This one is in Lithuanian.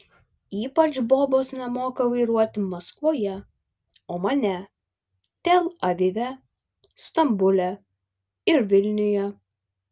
ypač bobos nemoka vairuoti maskvoje omane tel avive stambule ir vilniuje